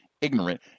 ignorant